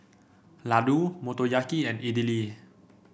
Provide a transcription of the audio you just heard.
Ladoo Motoyaki and Idili